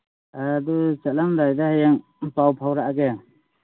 ꯑꯥ ꯑꯗꯨ ꯆꯠꯂꯝꯗꯥꯏꯗ ꯍꯌꯦꯡ ꯄꯥꯎ ꯐꯥꯎꯔꯛꯑꯒꯦ